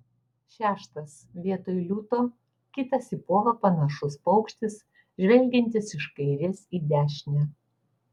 šeštas vietoj liūto kitas į povą panašus paukštis žvelgiantis iš kairės į dešinę